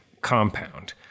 compound